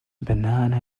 banana